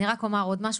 אני רק אומר עוד משהו.